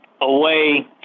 away